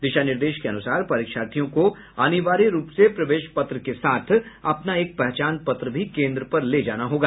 दिशा निर्देश को अनुसार परीक्षार्थियों को अनिवार्य रूप से प्रवेश पत्र के साथ अपना एक पहचान पत्र भी केन्द्र पर ले जाना होगा